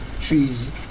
trees